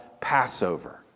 Passover